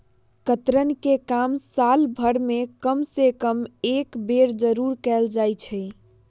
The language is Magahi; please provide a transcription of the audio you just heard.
कतरन के काम साल भर में कम से कम एक बेर जरूर कयल जाई छै